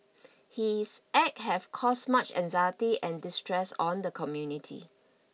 his act have caused much anxiety and distress on the community